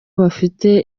bafite